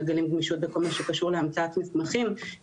מגלים גמישות בכל מה שקשור להמצאת מסמכים.